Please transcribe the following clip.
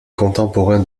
contemporains